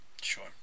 Sure